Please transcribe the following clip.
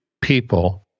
people